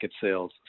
sales